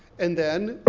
and then,